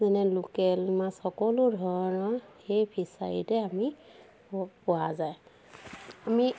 যেনে লোকেল মাছ সকলো ধৰণৰ এই ফিছাৰীতে আমি প পোৱা যায় আমি